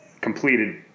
completed